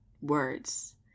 words